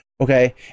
okay